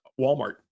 Walmart